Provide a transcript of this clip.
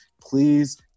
please